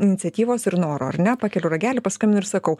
iniciatyvos ir noro ar ne pakeliu ragelį paskambinu ir sakau